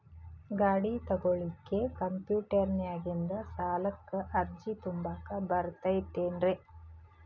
ಗಾಡಿ ತೊಗೋಳಿಕ್ಕೆ ಕಂಪ್ಯೂಟೆರ್ನ್ಯಾಗಿಂದ ಸಾಲಕ್ಕ್ ಅರ್ಜಿ ತುಂಬಾಕ ಬರತೈತೇನ್ರೇ?